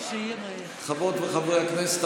חברות וחברי הכנסת,